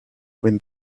when